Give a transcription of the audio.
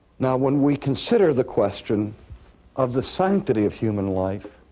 now, when we consider the question of the sanctity of human life,